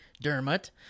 Dermot